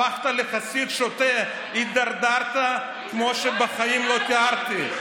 הפכת לחסיד שוטה, הידרדרת כמו שבחיים לא תיארתי.